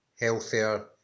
healthier